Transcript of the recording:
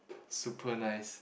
super nice